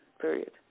period